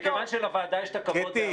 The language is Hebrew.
מכיוון שלוועדה יש את הכבוד --- קטי,